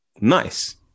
nice